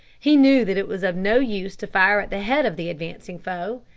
he knew that it was of no use to fire at the head of the advancing foe,